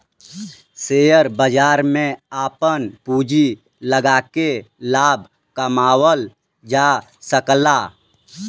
share बाजार में आपन पूँजी लगाके लाभ कमावल जा सकला